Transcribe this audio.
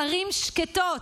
לערים שקטות.